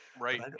Right